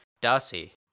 Darcy